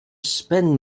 spend